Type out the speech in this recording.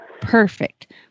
Perfect